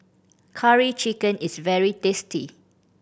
Curry Chicken is very tasty